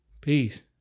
Peace